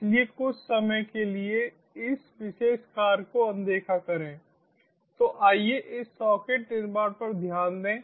इसलिए कुछ समय के लिए इस विशेष कार्य को अनदेखा करें तो आइए इस सॉकेट निर्माण पर ध्यान दें